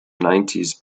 nineties